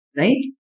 right